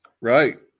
Right